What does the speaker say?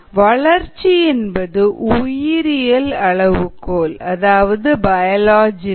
வளர்ச்சி என்பது உயிரியல் அளவுகோல்